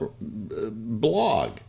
blog